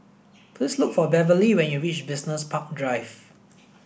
please look for Beverly when you reach Business Park Drive